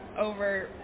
over